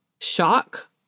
shock